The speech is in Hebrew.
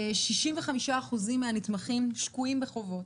65% מן הנתמכים שקועים בחובות.